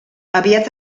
aviat